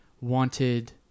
wanted